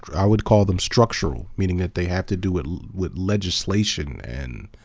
i would call them structural, meaning that they have to do it with legislation and